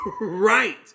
Right